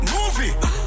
movie